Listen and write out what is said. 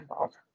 okay